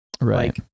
Right